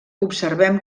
observem